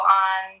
on